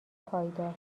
پایدار